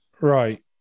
Right